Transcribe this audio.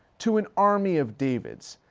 to an army of davids,